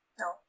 No